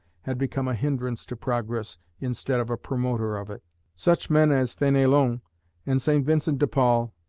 had become a hindrance to progress instead of a promoter of it such men as fenelon and st vincent de paul,